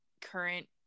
current